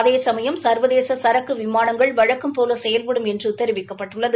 அதேசமயம் சா்வதேச சரக்கு விமானங்கள் வழக்கும்போல செயல்படும் என்று தெரிவிக்கப்பட்டுள்ளது